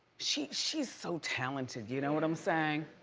she, she's so talented, you know what i'm saying?